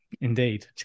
indeed